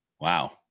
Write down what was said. Wow